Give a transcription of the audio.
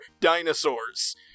Dinosaurs